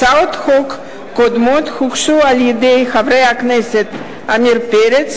הצעות חוק קודמות הוגשו על-ידי חברי הכנסת עמיר פרץ,